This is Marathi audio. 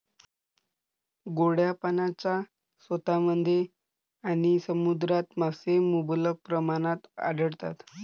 गोड्या पाण्याच्या स्रोतांमध्ये आणि समुद्रात मासे मुबलक प्रमाणात आढळतात